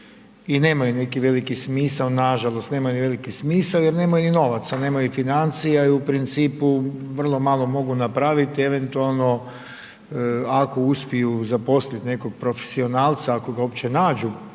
i nemaju neki veliki smisao, nažalost nemaju veliki smisao jer nemaju ni novaca, nemaju ni financija i u principu vrlo malo mogu napraviti, eventualno ako uspiju zaposliti nekog profesionalca ako ga uopće nađu